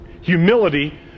humility